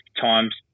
times